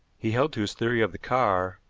he held to his theory of the car,